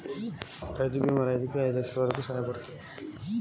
రైతు కి బీమా ఎంత సాయపడ్తది?